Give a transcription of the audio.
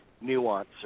nuance